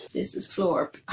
this is florp.